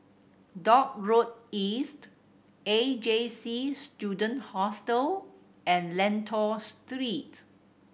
Dock Road East A J C Student Hostel and Lentor Street